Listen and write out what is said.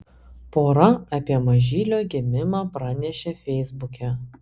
pora apie mažylio gimimą pranešė feisbuke